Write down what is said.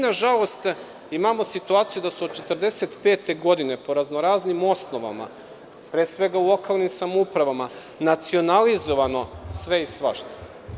Nažalost, imamo situaciju da je od 1945. godine po razno raznim osnovama, pre svega u lokalnim samoupravama nacionalizovano sve i svašta.